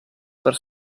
per